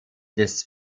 des